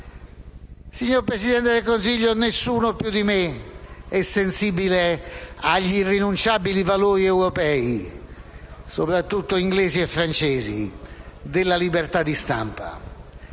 Signor Presidente del Consiglio, nessuno più di me è sensibile agli irrinunciabili valori europei, soprattutto inglesi e francesi, della libertà di stampa;